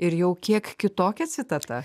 ir jau kiek kitokia citata